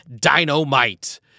Dynamite